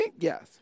Yes